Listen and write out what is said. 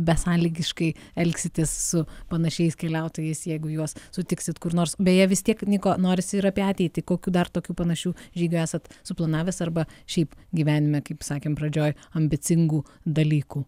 besąlygiškai elgsitės su panašiais keliautojais jeigu juos sutiksit kur nors beje vis tiek niko norisi ir apie ateitį kokių dar tokių panašių žygių esat suplanavęs arba šiaip gyvenime kaip sakėm pradžioj ambicingų dalykų